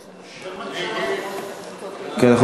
כן,